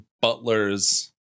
butler's